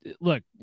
look